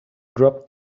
dropped